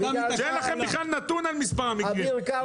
כשאין לכם בכלל נתון על מספר המקרים.